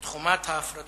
את חומת ההפרדה,